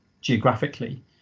geographically